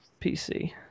PC